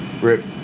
Rip